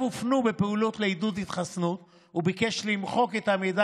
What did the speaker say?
הופנו הפעולות לעידוד התחסנות וביקש למחוק את המידע